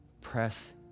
Press